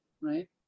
right